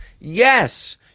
Yes